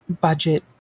budget